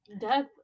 Death